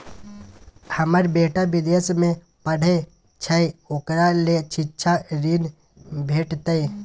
हमर बेटा विदेश में पढै छै ओकरा ले शिक्षा ऋण भेटतै?